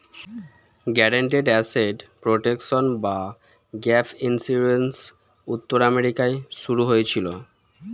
guaranteed asset protection বা gap insurance উত্তর আমেরিকায় শুরু হয়েছিল